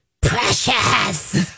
precious